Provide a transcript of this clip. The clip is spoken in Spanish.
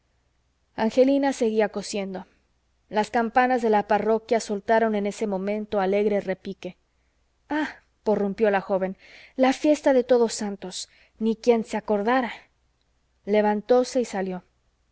angelina seguía cosiendo las campanas de la parroquia soltaron en ese momento alegre repique ah prorrumpió la joven la fiesta de todos santos ni quien se acordara levantóse y salió